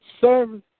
service